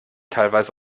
teilweise